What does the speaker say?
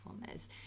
performers